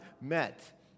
met